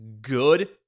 good